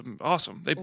awesome